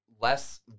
less